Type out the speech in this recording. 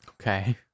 Okay